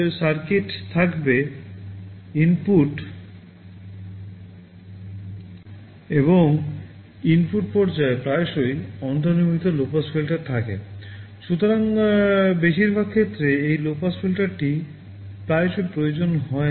সুতরাং বেশিরভাগ ক্ষেত্রে এই লো পাস ফিল্টারটি প্রায়শই প্রয়োজন হয় না